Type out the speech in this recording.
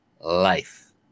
life